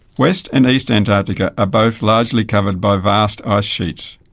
west and east antarctica are both largely covered by vast ice sheets.